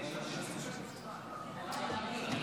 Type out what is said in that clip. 36 בעד, אין מתנגדים.